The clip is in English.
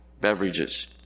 beverages